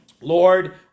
Lord